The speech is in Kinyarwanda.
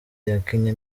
yakinnye